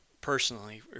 personally